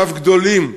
ואף גדולים יותר.